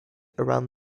about